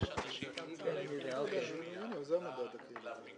זה האופי של המדד.